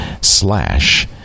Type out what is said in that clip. slash